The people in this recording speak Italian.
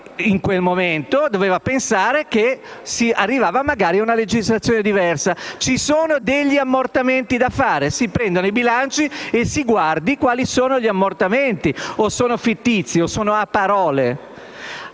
in quel momento doveva pensare che si sarebbe potuti arrivare ad una legislazione diversa. Ci sono ammortamenti da fare? Si prendano i bilanci e si guardi quali sono gli ammortamenti. O sono fittizi, sono a parole?